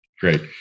Great